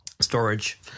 storage